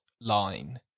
line